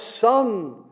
son